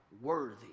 worthy